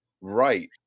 Right